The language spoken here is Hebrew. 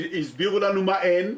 הסבירו לנו מה אין,